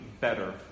better